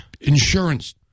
insurance